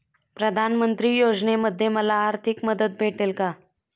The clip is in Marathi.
प्रधानमंत्री योजनेमध्ये मला आर्थिक मदत भेटेल का?